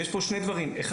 יש פה שני דברים: א',